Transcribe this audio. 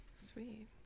Sweet